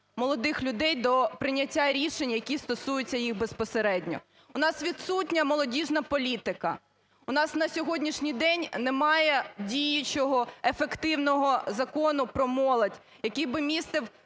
молодих людей до прийняття рішень, які стосуються їх безпосередньо. У нас відсутня молодіжна політика, в нас на сьогоднішній день немає діючого ефективного Закону про молодь, який би містив